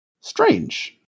strange